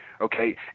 Okay